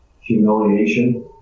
humiliation